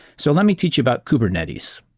so let me teach you about kubernetes.